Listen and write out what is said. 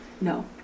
No